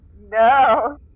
No